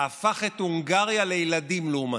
הפך את הונגריה לילדים לעומתו.